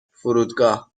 فرودگاه